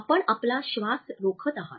आपण आपला श्वास रोखत आहात